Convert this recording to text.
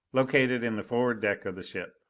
located in the forward deck of the ship.